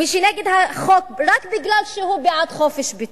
ומי שנגד החוק רק מפני שהוא בעד חופש ביטוי,